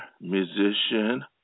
musician